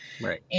Right